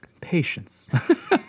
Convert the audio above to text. Patience